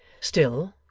still,